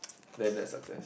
then that's success